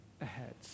ahead